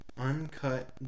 Uncut